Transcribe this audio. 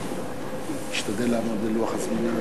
תשתדל לעמוד בלוח הזמנים.